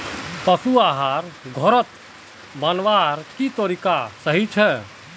पशु आहार घोरोत बनवार की तरीका सही छे?